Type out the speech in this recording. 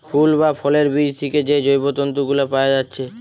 ফুল বা ফলের বীজ থিকে যে জৈব তন্তু গুলা পায়া যাচ্ছে